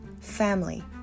family